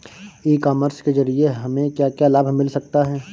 ई commerce के ज़रिए हमें क्या क्या लाभ मिल सकता है?